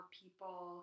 people